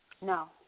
No